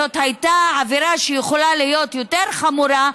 זאת הייתה עבירה שיכולה להיות יותר חמורה,